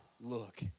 look